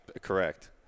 Correct